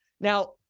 now